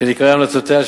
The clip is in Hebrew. של עיקרי המלצותיה,